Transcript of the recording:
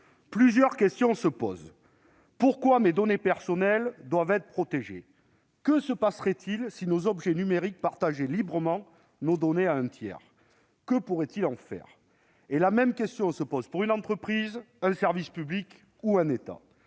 Plusieurs questions se posent : pourquoi mes données personnelles doivent-elles être protégées ? Que se passerait-il si nos objets numériques partageaient librement nos données avec un tiers ? Que pourrait en faire ce dernier ? Et les mêmes interrogations se posent pour une entreprise, pour un service public ou pour un État.